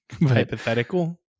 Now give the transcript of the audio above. Hypothetical